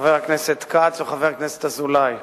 חבר הכנסת כץ וחבר הכנסת אזולאי.